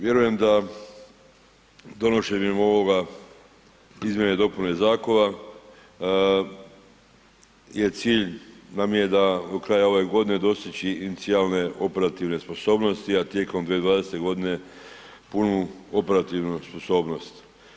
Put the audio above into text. Vjerujem da donošenjem ovoga izmjene i dopune zakona, je cilj nam je da do kraja ove godine dostići inicijalne operativne sposobnosti, a tijekom 2020. godine punu operativnu sposobnost.